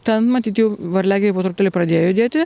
ten matyt jau varliagyviai po truputėlį pradėjo judėti